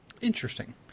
Interesting